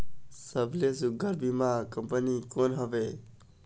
सबले सुघ्घर बीमा कंपनी कोन हवे?